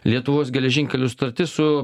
lietuvos geležinkelių sutartis su